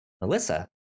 Melissa